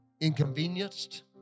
Inconvenienced